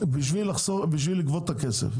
כדי לגבות כסף.